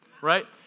right